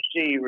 see